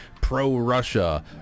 pro-Russia